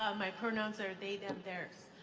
my pronouns are they, them theirs,